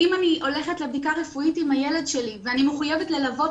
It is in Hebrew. אם אני הולכת לבדיקה רפואית עם הילד שלי ואני מחויבת ללוות